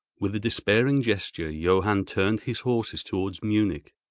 with a despairing gesture, johann turned his horses towards munich.